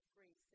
Free